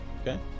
okay